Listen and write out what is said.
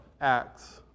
Acts